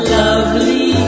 lovely